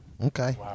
Okay